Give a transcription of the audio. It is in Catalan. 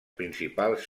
principals